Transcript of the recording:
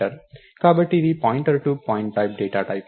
కాబట్టి ఇది pointer to point type data type